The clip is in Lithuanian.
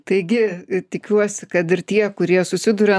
taigi tikiuosi kad ir tie kurie susiduria